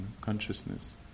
Consciousness